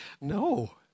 no